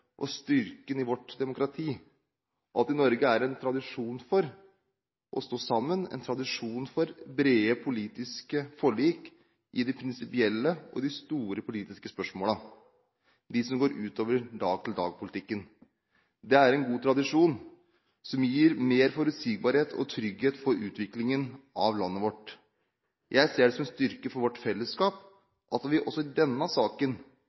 og styrken i vårt demokrati. I Norge er det tradisjon for å stå sammen, en tradisjon for brede politiske forlik i det prinsipielle og i de store politiske spørsmålene, de som går utover dag-til-dag-politikken. Det er en god tradisjon som gir mer forutsigbarhet og trygghet for utviklingen av landet vårt. Jeg ser det som en styrke for vårt fellesskap at vi også i denne saken